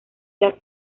las